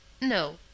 No